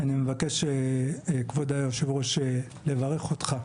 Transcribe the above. אני מבקש, כבוד יושב הראש, לברך אותך.